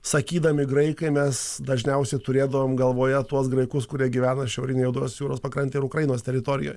sakydami graikai mes dažniausiai turėdavom galvoje tuos graikus kurie gyvena šiaurinėje juodosios jūros pakrantėj ir ukrainos teritorijoj